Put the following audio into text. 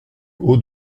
haut